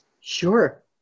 Sure